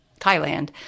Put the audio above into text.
Thailand